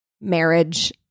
marriage